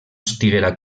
estiguera